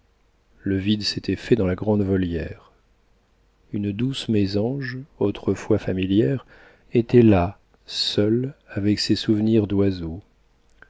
le vide s'était fait dans la grande volière une douce mésange autrefois familière était là seule avec ses souvenirs d'oiseau